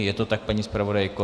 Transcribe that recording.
Je to tak, paní zpravodajko?